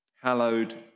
Hallowed